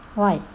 why